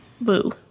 Boo